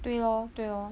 对 loh 对 loh